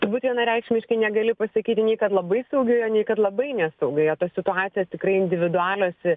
turbūt vienareikšmiškai negali pasakyti nei kad labai saugioje nei kad labai nesaugioje tos situacijos tikrai individualios